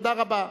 תודה רבה.